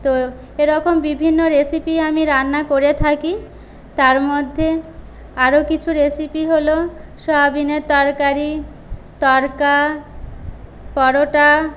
তো এরকম বিভিন্ন রেসিপি আমি রান্না করে থাকি তার মধ্যে আরও কিছু রেসিপি হল সয়াবিনের তরকারি তরকা পরোটা